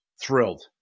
thrilled